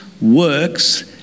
works